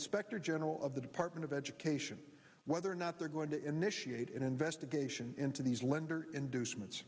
inspector general of the department of education whether or not they're going to initiate an investigation into these lenders inducements